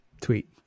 tweet